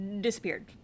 disappeared